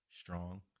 strong